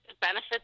benefits